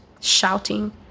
shouting